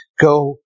Go